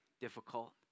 difficult